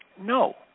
No